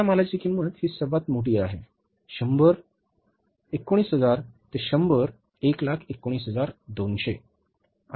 कच्च्या मालाची किंमत ही सर्वात मोठी आहे 100 19000 ते 100 रुपये 119200